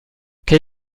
quel